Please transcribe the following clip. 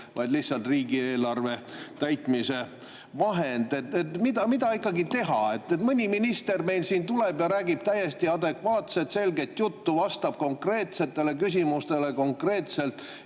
vaid lihtsalt riigieelarve täitmise vahend. Mida ikkagi teha? Mõni minister meil siin tuleb ja räägib täiesti adekvaatset ja selget juttu, vastab konkreetsetele küsimustele konkreetselt,